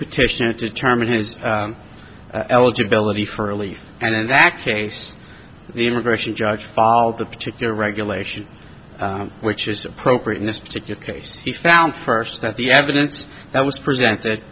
petition to determine his eligibility for relief and in that case the immigration judge followed the particular regulation which is appropriate in this particular case he found first that the evidence that was presented